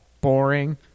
boring